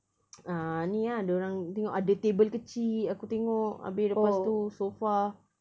ah ni ah dia orang tengok ada table kecil aku tengok abeh lepas tu sofa